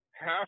half